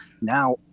Now